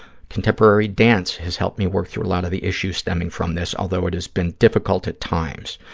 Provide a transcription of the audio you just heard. contemporary dance has helped me work through a lot of the issues stemming from this, although it has been difficult at times.